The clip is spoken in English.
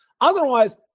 Otherwise